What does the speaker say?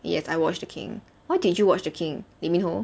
yes I watched the king why did you watch the king lee min-ho